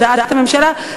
הודעת הממשלה.